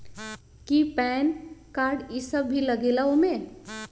कि PAN card इ सब भी लगेगा वो में?